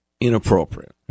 inappropriate